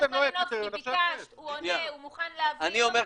אני לא